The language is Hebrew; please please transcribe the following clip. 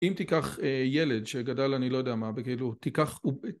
אם תיקח ילד שגדל אני לא יודע מה וכאילו תיקח